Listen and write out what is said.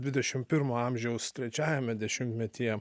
dvidešim pirmo amžiaus trečiajame dešimtmetyje